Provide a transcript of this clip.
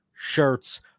shirts